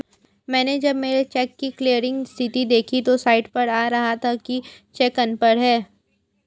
मैनें जब मेरे चेक की क्लियरिंग स्थिति देखी तो साइट पर आ रहा था कि चेक अनपढ़ है